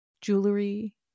jewelry